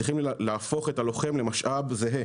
צריכים להפוך את הלוחם למשאב זהה,